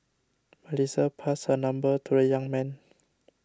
Melissa passed her number to the young man